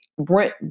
Brent